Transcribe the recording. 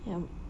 ya